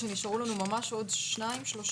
שנשארו לנו ממש עוד שניים-שלושה,